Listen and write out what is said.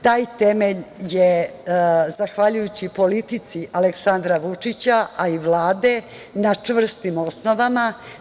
Taj temelj je zahvaljujući politici Aleksandra Vučića, a i Vlade, na čvrstim osnovama.